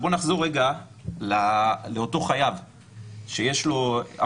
יש מאוד מקרים בשנה.